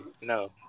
No